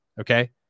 okay